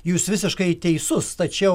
jūs visiškai teisus tačiau